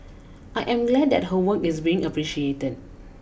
I am glad that her work is being appreciated